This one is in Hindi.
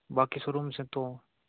बाकी शोरूम से तो